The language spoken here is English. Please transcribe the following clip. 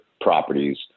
properties